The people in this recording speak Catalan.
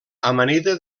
amanida